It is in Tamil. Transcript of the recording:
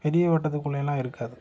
பெரிய வட்டத்துக்குள்ளேயெலாம் இருக்காது